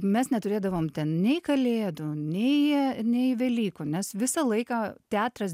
mes neturėdavom ten nei kalėdų nei jie nei velykų nes visą laiką teatras